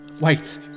Wait